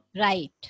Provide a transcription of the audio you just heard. Right